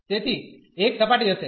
તેથી એક સપાટી હશે